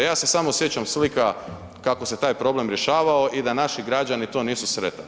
Ja se samo sjećam slika kako se taj problem rješavao i da naši građani to nisu sretali.